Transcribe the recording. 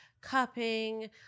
cupping